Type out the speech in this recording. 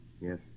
Yes